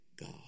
God